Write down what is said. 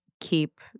keep